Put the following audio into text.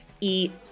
eat